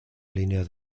línea